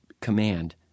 command